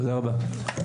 תודה רבה.